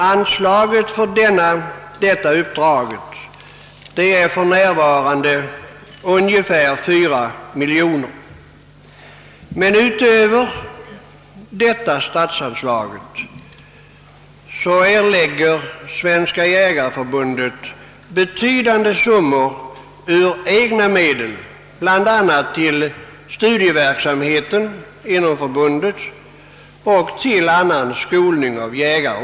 Anslaget för detta uppdrag är för närvarande ungefär 4 miljoner. Men utöver detta statsanslag erlägger Svenska jägareförbundet betydande summor av egna medel bl.a. till studieverksamheten inom förbundet och till annan skolning av jägare.